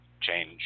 change